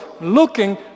looking